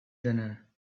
dinner